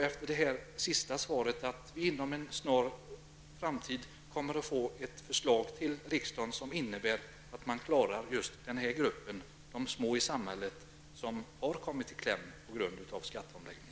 Efter det här sista inlägget utgår jag ifrån att vi inom en snar framtid kommer att få ett förslag till riksdagen som innebär att man löser situationen för den här gruppen, de små i samhället, som har kommit i kläm på grund av skatteomläggningen.